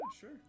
sure